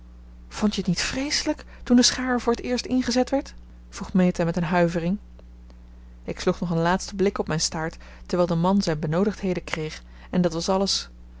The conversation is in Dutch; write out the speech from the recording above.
vondt je t niet vreeselijk toen de schaar er voor t eerst ingezet werd vroeg meta met een huivering ik sloeg nog een laatsten blik op mijn staart terwijl de man zijn benoodigdheden kreeg en dat was alles